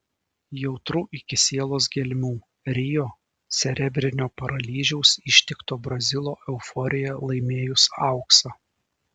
jautru iki sielos gelmių rio cerebrinio paralyžiaus ištikto brazilo euforija laimėjus auksą